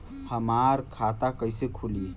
हमार खाता कईसे खुली?